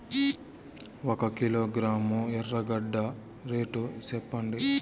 ఒక కిలోగ్రాము ఎర్రగడ్డ రేటు సెప్పండి?